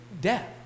death